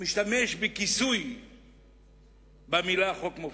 משתמש בכיסוי המלים "חוק מופז",